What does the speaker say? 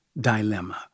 dilemma